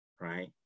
right